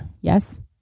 Yes